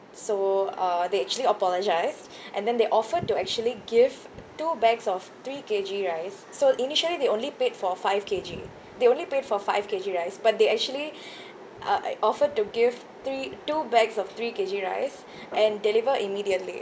so uh they actually apologise and then they offered to actually give two bags of three K_G rice so initially they only paid for five K_G they only paid for five K_G rice but they actually uh offered to give three two bags of three K_G rice and deliver immediately